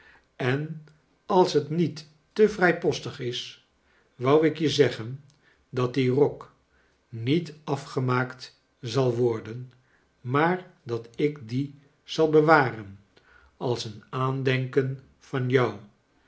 en j als het niet te vrijpostig is wou ik j je zeggen dat die rok niet afgomaakt i zal worden maar dat ik dien zal i bewaren als een aandenken van jou